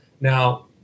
Now